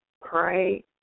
Pray